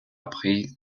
prix